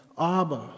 Abba